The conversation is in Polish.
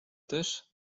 też